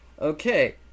Okay